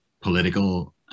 political